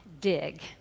dig